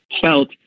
felt